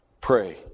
pray